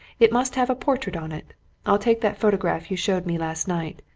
it must have a portrait on it i'll take that photograph you showed me last night.